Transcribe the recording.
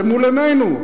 עכשיו, זה מול עינינו.